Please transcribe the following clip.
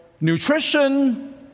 nutrition